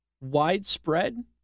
widespread